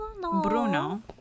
Bruno